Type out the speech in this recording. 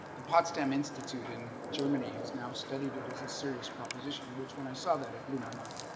the potsdam institute in germany has now studied it as a serious proposition which when i saw that it blew my mind